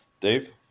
Dave